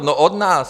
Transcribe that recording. No od nás.